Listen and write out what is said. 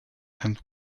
and